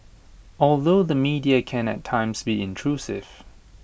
although the media can at times be intrusive